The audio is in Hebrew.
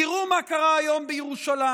תראו מה קרה היום בירושלים,